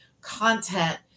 content